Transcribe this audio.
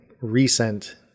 recent